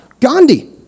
Gandhi